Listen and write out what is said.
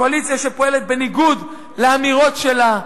קואליציה שפועלת בניגוד לאמירות שלה.